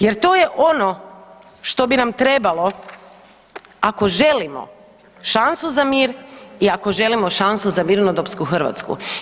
Jer to je ono što bi nam trebalo ako želimo šansu za mir i ako želim šansu za mirnodopsku Hrvatsku.